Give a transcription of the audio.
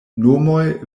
nomoj